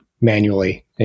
manually